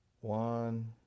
one